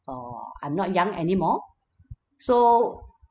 err I'm not young anymore so